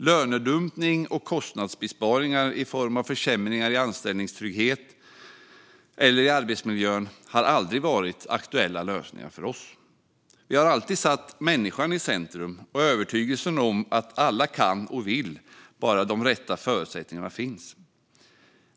Lönedumpning och kostnadsbesparingar i form av försämringar i anställningstrygghet eller i arbetsmiljön har aldrig varit aktuella lösningar för oss. Vi har alltid satt människan i centrum och övertygelsen om att alla kan och vill om bara de rätta förutsättningarna finns.